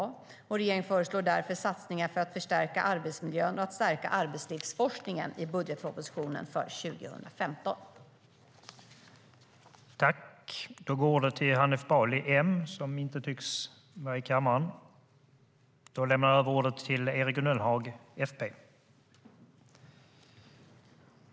Regeringen föreslår därför satsningar i budgetpropositionen för 2015 för att förbättra arbetsmiljön och för att stärka arbetslivsforskningen.